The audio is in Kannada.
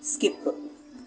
ಸ್ಕಿಪ್